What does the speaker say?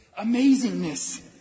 amazingness